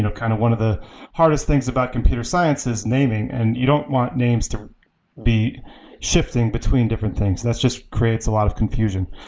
you know kind of one of the hardest things about computer science is naming, and you don't want names to be shifting between different things. that just creates a lot of confusion.